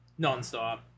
nonstop